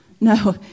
No